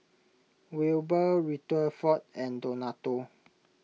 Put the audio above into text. Wilber Rutherford and Donato